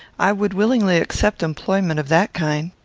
i would willingly accept employment of that kind.